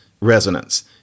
resonance